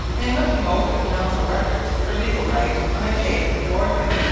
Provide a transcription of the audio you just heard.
in looking over the council records for legal light on a case before him,